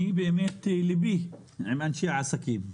ליבי עם אנשי העסקים,